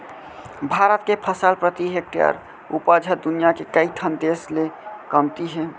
भारत के फसल प्रति हेक्टेयर उपज ह दुनियां के कइ ठन देस ले कमती हे